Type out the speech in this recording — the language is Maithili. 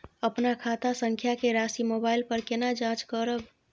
अपन खाता संख्या के राशि मोबाइल पर केना जाँच करब?